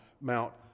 Mount